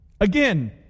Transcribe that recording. Again